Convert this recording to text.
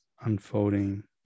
unfolding